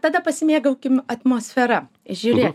tada pasimėgaukim atmosfera žiūrėk